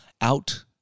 out